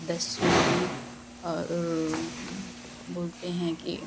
दसमी और बोलते हैं कि